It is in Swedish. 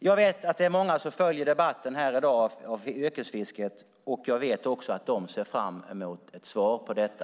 Jag vet att det är många som följer debatten här i dag om yrkesfisket. Jag vet också att de ser fram emot ett svar på detta.